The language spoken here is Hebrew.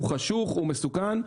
חשוך ומסוכן.